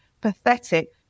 pathetic